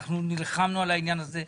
אנחנו נלחמנו על העניין הזה.